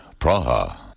Praha